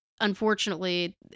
Unfortunately